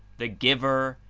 the giver,